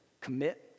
commit